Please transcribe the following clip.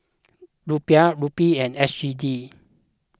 Rupiah Rupee and S G D